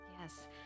Yes